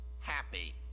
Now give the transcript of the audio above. happy